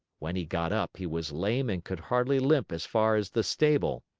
when he got up, he was lame and could hardly limp as far as the stable.